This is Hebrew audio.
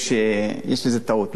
יש טעות,